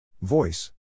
Voice